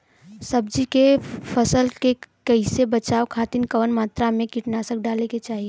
सब्जी के फसल के कियेसे बचाव खातिन कवन मात्रा में कीटनाशक डाले के चाही?